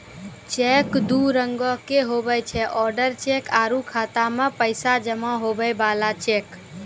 cheque दू रंगोके हुवै छै ओडर चेक आरु खाता मे पैसा जमा हुवै बला चेक